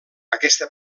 aquesta